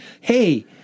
hey